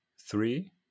three